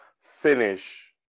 finish